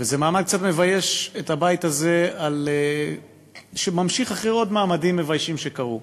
וזה מעמד קצת מבייש את הבית הזה שממשיך עוד מעמדים מביישים שקרו.